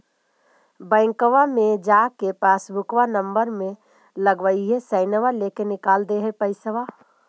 बैंकवा मे जा के पासबुकवा नम्बर मे लगवहिऐ सैनवा लेके निकाल दे है पैसवा?